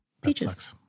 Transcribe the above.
Peaches